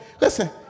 listen